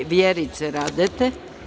Vjerice Radete.